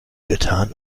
getan